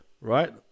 right